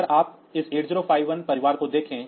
अगर आप इस 8051 परिवार को देखें